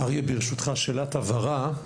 ברשותך, שאלת הבהרה.